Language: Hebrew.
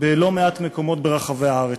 בלא-מעט מקומות ברחבי הארץ: